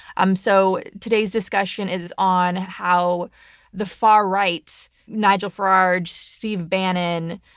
um so today's discussion is on how the far-right nigel farage, steve bannon,